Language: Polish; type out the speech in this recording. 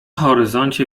horyzoncie